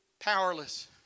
powerless